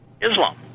Islam